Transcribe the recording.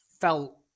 felt